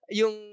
yung